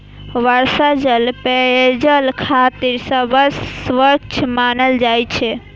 वर्षा जल पेयजल खातिर सबसं स्वच्छ मानल जाइ छै